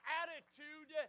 attitude